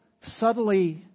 subtly